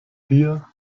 dir